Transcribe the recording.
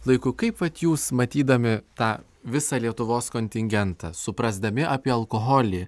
laiku kaip vat jūs matydami tą visą lietuvos kontingentą suprasdami apie alkoholį